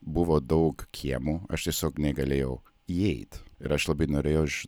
buvo daug kiemų aš tiesiog negalėjau įeit ir aš labai norėjau aš